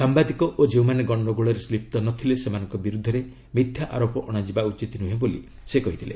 ସାମ୍ଭାଦିକ ଓ ଯେଉଁମାନେ ଗଣ୍ଡଗୋଳରେ ଲିପ୍ତ ନଥିଲେ ସେମାନଙ୍କ ବିରୁଦ୍ଧରେ ମିଥ୍ୟା ଆରୋପ ଅଣାଯିବା ଉଚିତ ନୁହେଁ ବୋଲି ସେ କହିଥିଲେ